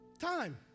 Time